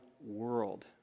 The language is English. world